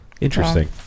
Interesting